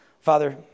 Father